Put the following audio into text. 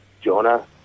Jonah